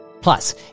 Plus